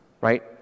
right